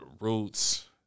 Roots